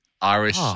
Irish